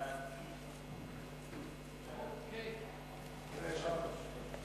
חוק הסדרת העיסוק במקצועות הבריאות (תיקון מס' 2),